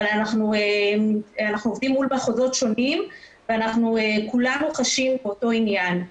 אבל אנחנו עובדים מול מחוזות שונים וכולנו חשים באותו עניין.